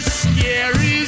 scary